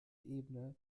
ebene